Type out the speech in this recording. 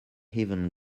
even